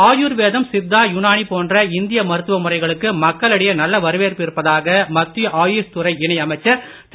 ஆயுர்வேதம் சித்தா யுனானி போன்ற இந்திய மருத்துவ முறைகளுக்கு மக்களிடையே நல்ல வரவேற்பு இருப்பதாக மத்திய ஆயுஷ் துறை இணை அமைச்சர் திரு